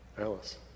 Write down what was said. Alice